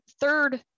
third